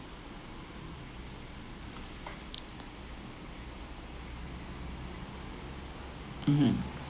mmhmm